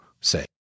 say